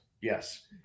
yes